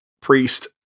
priest